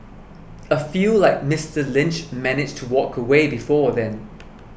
a few like Mister Lynch manage to walk away before then